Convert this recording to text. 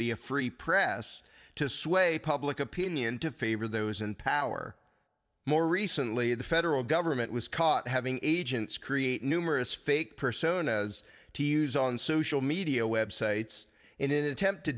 be a free press to sway public opinion to favor those in power more recently the federal government was caught having agents create numerous fake personas to use on social media websites in an attempt to